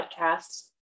Podcasts